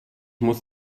muss